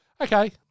Okay